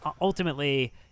ultimately